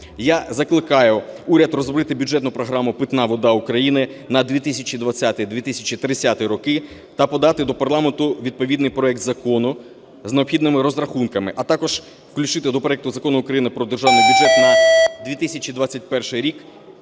Я закликаю уряд розробити бюджетну програму "Питна вода України" на 2020-2030 роки та подати до парламенту відповідний проект закону з необхідними розрахунками. А також включити до проекту Закону України про Державний бюджет на 2021 рік